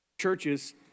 Churches